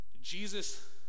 Jesus